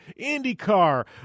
IndyCar